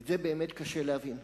את זה באמת קשה להבין.